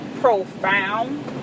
profound